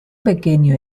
pequeño